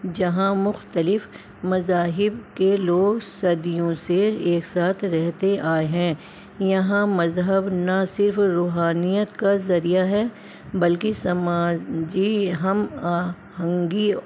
جہاں مختلف مذاہب کے لوگ صدیوں سے ایک ساتھ رہتے آئے ہیں یہاں مذہب نہ صرف روحانیت کا ذریعہ ہے بلکہ سماجی ہم آہنگی